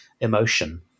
emotion